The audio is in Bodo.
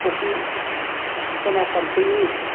फख्रि खना फारब्रैनि